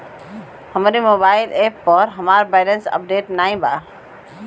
हमरे mobile app पर हमार बैलैंस अपडेट नाई बा